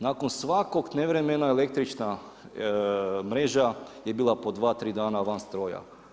Nakon svakog nevremena, električna mreža je bila po dva, tri dana van stroja.